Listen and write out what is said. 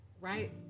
right